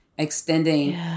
Extending